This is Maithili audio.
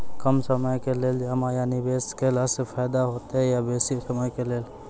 कम समय के लेल जमा या निवेश केलासॅ फायदा हेते या बेसी समय के लेल?